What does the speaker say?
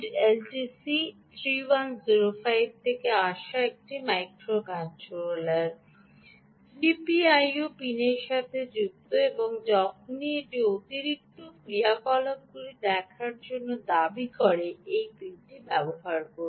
LTC 3105 থেকে আসা এবং একটি জিপিআইও পিনের সাথে সংযুক্ত এবং যখনই এটি অতিরিক্ত ক্রিয়াকলাপগুলি দেখার জন্য দাবি করে এই পিনটি ব্যবহার করুন